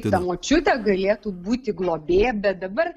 ta močiutė galėtų būti globėja bet dabar